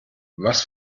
was